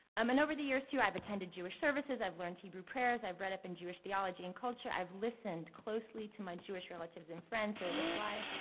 um and over the years too, i've attended jewish services. i've learned hebrew prayers. i've read up in jewish theology and culture. i've listened closely to my jewish relatives and friends as the fly,